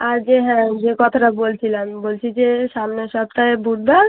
আর যে হ্যাঁ যে কথাটা বলছিলাম বলছি যে সামনের সপ্তাহে বুধবার